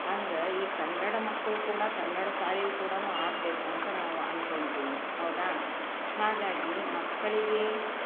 ಹಂಗೆ ಈ ಕನ್ನಡ ಮಕ್ಕಳು ಕೂಡ ಕನ್ನಡ ಶಾಲೆಯು ಕೂಡ ಆಗಬೇಕು ಅಂತ ನಾವು ಅಂದ್ಕೊತೀವಿ ಹೌದಾ ಹಾಗಾಗಿ ಮಕ್ಕಳಿಗೆ